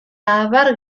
abar